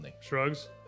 Shrugs